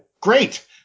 great